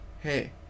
hey